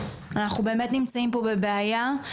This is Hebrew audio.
אנחנו באמת נמצאים פה בבעיה.